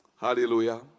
Hallelujah